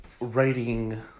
writing